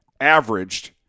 averaged